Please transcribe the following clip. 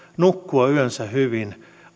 nukkua yönsä hyvin